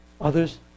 others